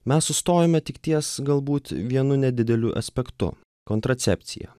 mes sustojome tik ties galbūt vienu nedideliu aspektu kontracepcija